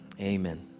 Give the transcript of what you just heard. amen